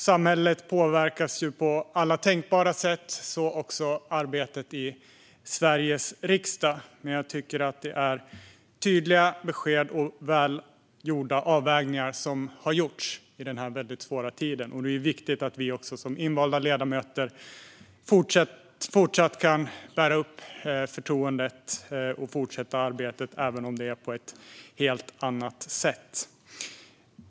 Samhället påverkas på alla tänkbara sätt och så även arbetet i Sveriges riksdag, men jag tycker att det har lämnats tydliga besked och gjorts bra avvägningar under denna svåra tid. Det är viktigt att vi som invalda ledamöter även fortsättningsvis kan bära upp förtroendet och fortsätta arbetet, även om det är på ett helt annat sätt.